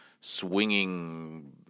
swinging